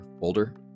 older